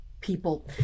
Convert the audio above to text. people